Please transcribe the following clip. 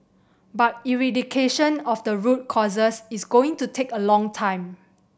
but eradication of the root causes is going to take a long time